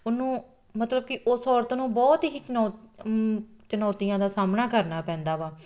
ਉਹਨੂੰ ਮਤਲਬ ਕਿ ਉਸ ਔਰਤ ਨੂੰ ਬਹੁਤ ਹੀ ਚੁਣੌ ਚੁਣੌਤੀਆਂ ਦਾ ਸਾਹਮਣਾ ਕਰਨਾ ਪੈਂਦਾ ਵਾ